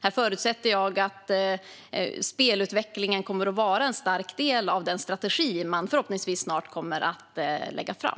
Här förutsätter jag att spelutvecklingen är en stark del av den strategi man förhoppningsvis snart kommer att lägga fram.